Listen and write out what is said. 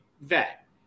vet